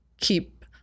keep